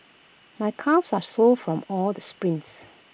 my calves are sore from all the sprints